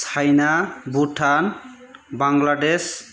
China Bhutan Bangladesh